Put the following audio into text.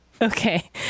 Okay